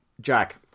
Jack